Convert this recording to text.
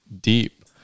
deep